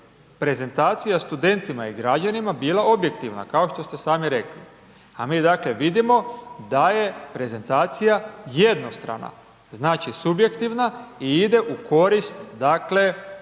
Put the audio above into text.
prezentacija studentima i građanima bila objektivna kao što ste sami rekli, a mi, dakle, vidimo da je prezentacija jednostrana, znači, subjektivna i ide u korist, dakle,